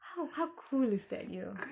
how how cool is that yo